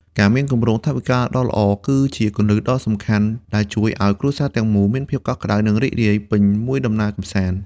ការមានគម្រោងថវិកាដ៏ល្អ គឺជាគន្លឹះដ៏សំខាន់ដែលជួយឱ្យគ្រួសារទាំងមូលមានភាពកក់ក្តៅ និងរីករាយពេញមួយដំណើរកម្សាន្ត។